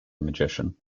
magician